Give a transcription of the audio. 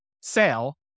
sale